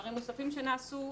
דברים נוספים שנעשו,